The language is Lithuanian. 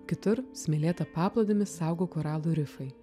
kitur smėlėtą paplūdimį saugo koralų rifai